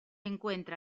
encuentra